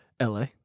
LA